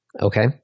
okay